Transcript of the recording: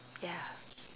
ya